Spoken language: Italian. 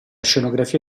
scenografia